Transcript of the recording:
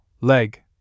leg